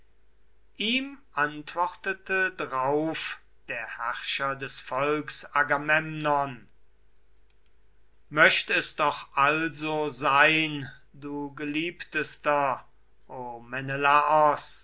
ihm antwortete drauf der herrscher des volks agamemnon möcht es doch also sein du geliebtester o